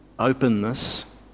Openness